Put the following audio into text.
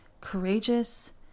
courageous